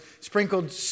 sprinkled